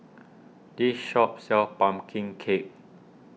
this shop sells Pumpkin Cake